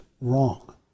wrong